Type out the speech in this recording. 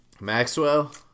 Maxwell